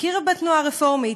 הכירה בתנועה הרפורמית,